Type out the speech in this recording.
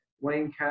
Wayne